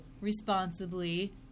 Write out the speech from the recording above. responsibly